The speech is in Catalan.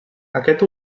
aquest